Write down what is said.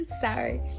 Sorry